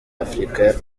afurika